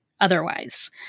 otherwise